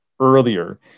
earlier